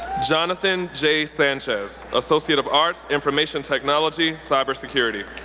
jonathan j. sanchez, associate of arts, information technology, cybersecurity.